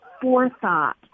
forethought